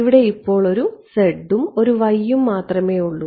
ഇവിടെ ഇപ്പോൾ ഒരു ഉം ഒരു ഉം മാത്രമേയുള്ളൂ